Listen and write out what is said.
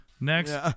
Next